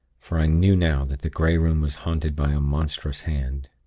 for i knew now that the grey room was haunted by a monstrous hand.